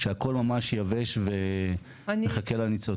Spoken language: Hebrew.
כשהכול ממש יבש ומחכה לניצוץ.